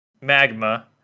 Magma